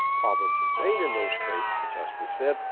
problems remain in those states, the justice said,